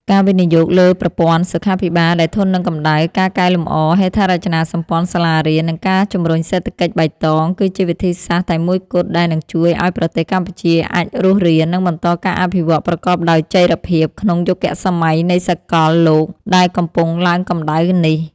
ការវិនិយោគលើប្រព័ន្ធសុខាភិបាលដែលធន់នឹងកម្ដៅ ការកែលម្អហេដ្ឋារចនាសម្ព័ន្ធសាលារៀន និងការជំរុញសេដ្ឋកិច្ចបៃតង គឺជាវិធីសាស្ត្រតែមួយគត់ដែលនឹងជួយឱ្យប្រទេសកម្ពុជាអាចរស់រាន និងបន្តការអភិវឌ្ឍប្រកបដោយចីរភាពក្នុងយុគសម័យនៃសកលលោកដែលកំពុងឡើងកម្ដៅនេះ។